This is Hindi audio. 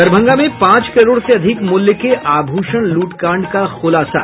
दरभंगा में पांच करोड़ से अधिक मूल्य के आभूषण लूटकांड का खुलासा